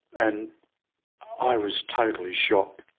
and i was totally shocked.